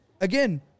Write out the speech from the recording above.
Again